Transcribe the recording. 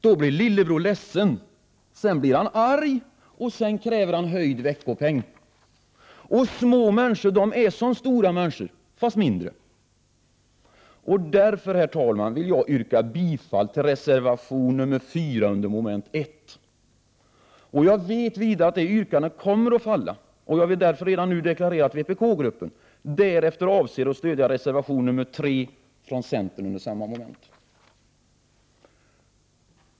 Då blir lillebror ledsen, sedan blir han arg, och sedan kräver han höjd veckopeng. Små människor är som stora människor, fast mindre. Därför vill jag yrka bifall till reservation nr 4 under mom. 1. Jag vet att det yrkandet kommer att falla, och jag vill därför redan nu deklarera att vpk-gruppen därefter avser att stödja reservation nr 3 från centern under samma moment.